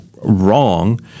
wrong